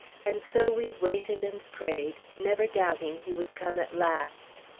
and so we waited and prayed, never doubting he would come at last.